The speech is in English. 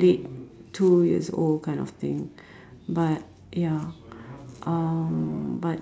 late two years old kind of thing but ya um but